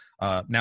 Now